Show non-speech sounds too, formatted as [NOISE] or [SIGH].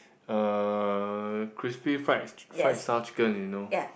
uh [NOISE] crispy fried fried style chicken you know